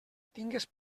tingues